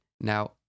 Now